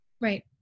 right